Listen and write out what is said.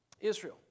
Israel